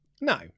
No